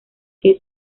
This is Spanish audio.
que